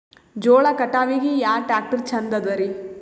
ಜೋಳ ಕಟಾವಿಗಿ ಯಾ ಟ್ಯ್ರಾಕ್ಟರ ಛಂದದರಿ?